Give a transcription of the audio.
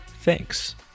Thanks